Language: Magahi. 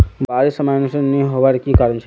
बारिश समयानुसार नी होबार की कारण छे?